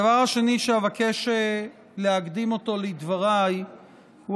הדבר השני שאבקש להקדים אותו לדבריי הוא